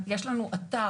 יש לנו אתר,